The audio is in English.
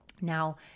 Now